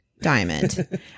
diamond